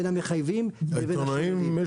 בין המחייבים לבין --- העיתונאים יש